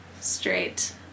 straight